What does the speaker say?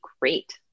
great